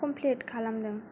complete खालामदों